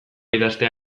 idaztea